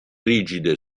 rigide